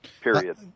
period